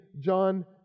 John